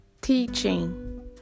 Teaching